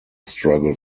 struggle